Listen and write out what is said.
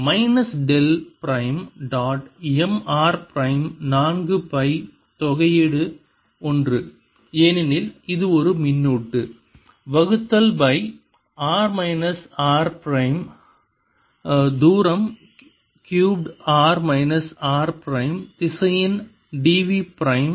minus del prime dot M r பிரைமின் நான்கு pi தொகையீடு ஒன்று ஏனெனில் இது ஒரு மின்னூட்டு வகுத்தல் by r minus r prime தூரம் cube r minus r prime திசையன் d v பிரைம்